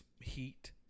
heat